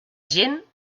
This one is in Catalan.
gent